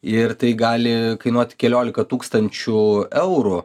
ir tai gali kainuoti keliolika tūkstančių eurų